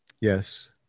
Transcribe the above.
Yes